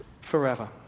forever